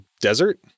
desert